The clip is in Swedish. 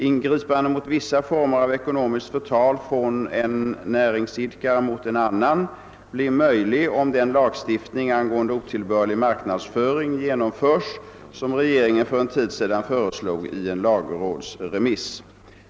Ingripande mot vissa former av ekonomiskt förtal från en näringsidkare mot en annan blir möjlig, om den lagstiftning angående otillbörlig marknadsföring genomförs som regeringen för en tid sedan föreslog i en lagrådsremiss.